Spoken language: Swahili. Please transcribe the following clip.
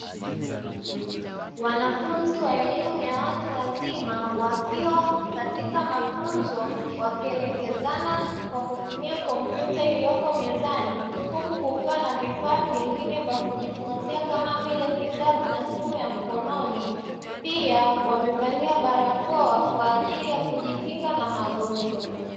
Wanafunzi wa elimu ya watu wazima wakiwa katika mafunzo wakielekezana kwa kutumia kompyuta iliyoko mezani, huku kukiwa na vifaa vingine vya kujifunzia kama vile vitabu na simu ya mkononi. Pia, wamevaa barakoa kwa ajili ya kujikinga na magonjwa.